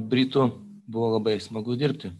britų buvo labai smagu dirbti